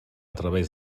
través